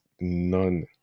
none